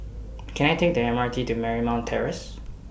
Can I Take The M R T to Marymount Terrace